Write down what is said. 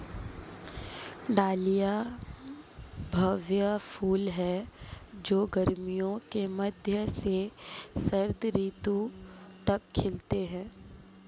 dahlia भव्य फूल हैं जो गर्मियों के मध्य से शरद ऋतु तक खिलते हैं